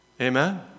Amen